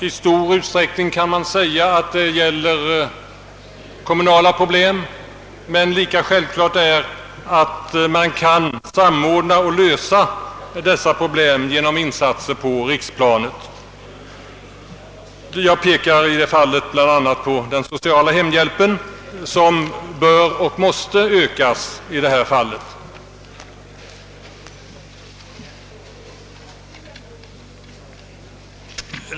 I stor utsträckning gäller det kommunala problem, men lika självklart är att man kan samordna och lösa dessa problem genom insatser på riksplanet. Jag pekar i detta sammanhang på bl.a. den sociala hemhjälpen, som bör och måste ökas i detta fall.